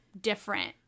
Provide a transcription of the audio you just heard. different